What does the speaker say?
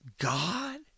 God